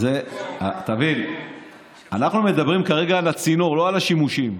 אנחנו מדברים כרגע על הצינור, לא על השימושים.